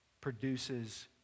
produces